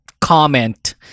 comment